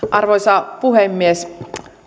arvoisa puhemies